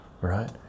right